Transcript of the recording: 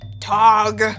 Tog